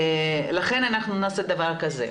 לכן אנחנו נעשה דבר כזה,